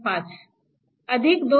5 अधिक 2